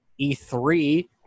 E3